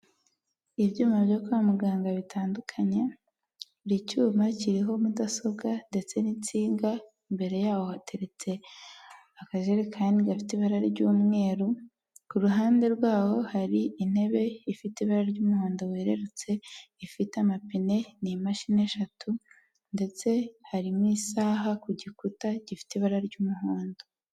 Ibyuma byo kwa muganga bitandukanye, buri cyuma kiriho mudasobwa ndetse n'insinga, imbere yaho hateretse akajerekani gafite ibara ry'umweru, ku ruhande rwaho hari intebe ifite ibara ry'umuhondo werererutse, ifite amapine ni imashini eshatu ndetse hari n'isaha ku gikuta, gifite ibara ry'umuhondo.